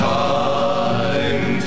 time